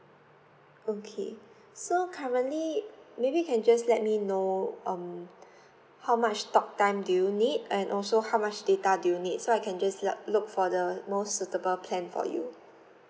okay so currently maybe you can just let me know um how much talk time do you need and also how much data do you need so I can just like look for the most suitable plan for you